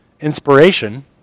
inspiration